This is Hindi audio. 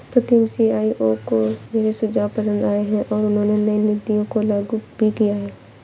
प्रीतम सी.ई.ओ को मेरे सुझाव पसंद आए हैं और उन्होंने नई नीतियों को लागू भी किया हैं